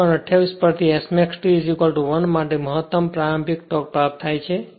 સમીકરણ 28 પર થી Smax T 1 માટે મહત્તમ પ્રારંભિક ટોર્ક પ્રાપ્ત થાય છે